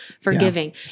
forgiving